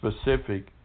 specific